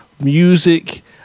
music